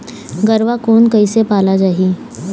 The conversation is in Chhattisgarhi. गरवा कोन कइसे पाला जाही?